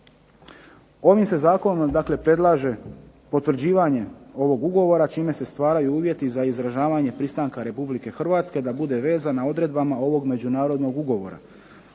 Ovim se zakonom predlaže potvrđivanje ovog ugovora čime se stvaraju uvjeti za izražavanje pristanka Republike Hrvatske da bude vezana odredbama ovog međunarodnog ugovora.